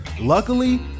Luckily